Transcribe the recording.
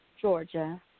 Georgia